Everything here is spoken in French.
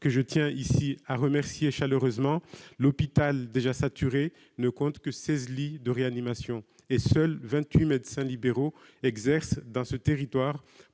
que je tiens ici à remercier chaleureusement, l'hôpital, déjà saturé, ne compte que seize lits de réanimation et seuls vingt-huit médecins libéraux exercent sur ce territoire,